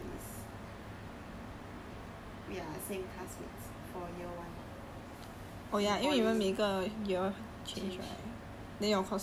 we me and him me and that guy is we are same classmates for year one in poly